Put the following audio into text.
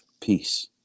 peace